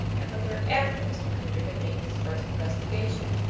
and put there after mr. paynter had made his first investigation.